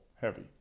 heavy